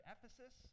Ephesus